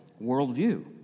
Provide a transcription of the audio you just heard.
worldview